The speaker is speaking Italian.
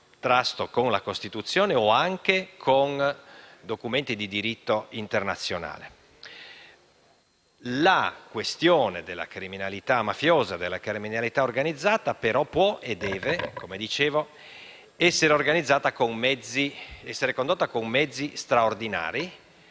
contrasto con la Costituzione o anche con documenti di diritto internazionale. La questione della criminalità mafiosa e della criminalità organizzata può e deve essere condotta con mezzi straordinari